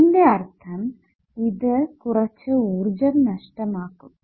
അതിന്റെ അർത്ഥം ഇത് കുറച്ചു ഊർജ്ജം നഷ്ടമാക്കും